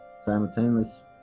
Simultaneous